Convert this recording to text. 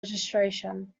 registration